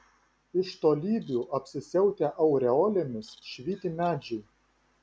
iš tolybių apsisiautę aureolėmis švyti medžiai